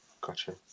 gotcha